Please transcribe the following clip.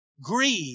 greed